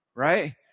Right